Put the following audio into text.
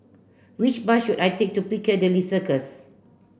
which bus should I take to Piccadilly Circus